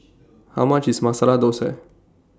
How much IS Masala Dosa